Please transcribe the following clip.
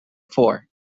four